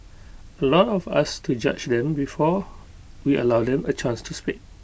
A lot of us to judge them before we allow them A chance to speak